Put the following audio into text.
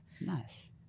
Nice